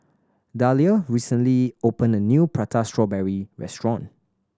Dalia recently opened a new Prata Strawberry restaurant